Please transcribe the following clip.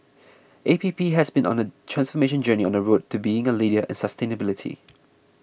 A P P has been on a transformation journey on the road to being a leader in sustainability